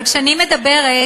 אבל כשאני מדברת